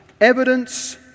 Evidence